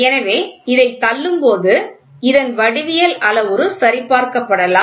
எனவே இதைத் தள்ளும்போது இதன் வடிவியல் அளவுரு சரிபார்க்கப்படலாம்